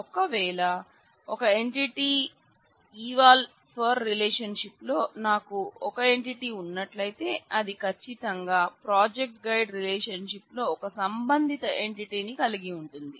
ఒకవేళ ఒక entity eval for relationship లో నాకు ఒక ఎంటిటీ ఉన్నట్లయితే అది కచ్చితంగా project guide రిలేషన్షిప్ లో ఒక సంబంధిత ఎంటిటీని కలిగి ఉంటుంది